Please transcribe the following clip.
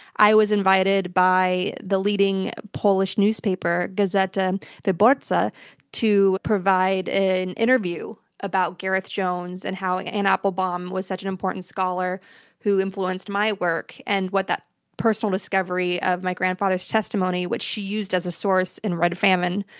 i was invited by the leading polish newspaper, gazeta wyborcza, but to provide an interview about gareth jones, and about how anne applebaum was such an important scholar who influenced my work, and what that personal discovery of my grandfather's testimony, which she used as a source in red famine,